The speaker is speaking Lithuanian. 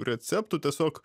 receptų tiesiog